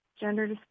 gender